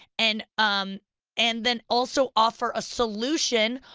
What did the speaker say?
and um and then also offer a solution,